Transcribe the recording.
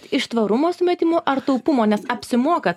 iš tvarumo sumetimų ar taupumo nes apsimoka